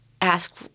ask